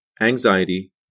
anxiety